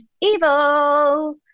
evil